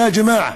יא ג'מעה,